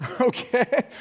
Okay